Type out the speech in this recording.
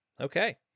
Okay